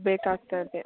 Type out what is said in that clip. ಬೇಕಾಗ್ತದೆ